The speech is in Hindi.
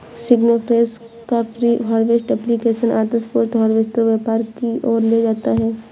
सिग्नाफ्रेश का प्री हार्वेस्ट एप्लिकेशन आदर्श पोस्ट हार्वेस्ट व्यवहार की ओर ले जाता है